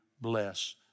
bless